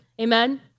Amen